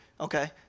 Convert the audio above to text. Okay